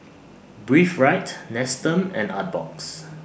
Breathe Right Nestum and Artbox